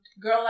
Girl